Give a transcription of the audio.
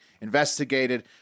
investigated